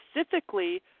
specifically